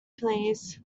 please